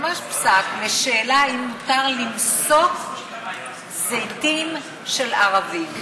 ממש פסק, בשאלה אם מותר למסוק זיתים של ערבים.